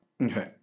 Okay